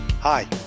Hi